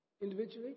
Individually